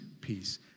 peace